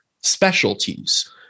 specialties